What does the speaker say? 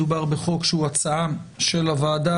מדובר בחוק שהוא הצעה של הוועדה,